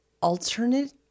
alternate